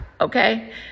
okay